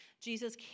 Jesus